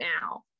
now